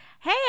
hey